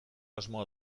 asmoa